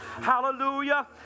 Hallelujah